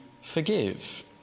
forgive